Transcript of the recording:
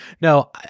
No